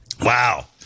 Wow